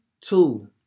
two